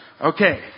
Okay